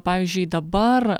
pavyzdžiui dabar